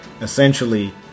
essentially